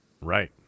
Right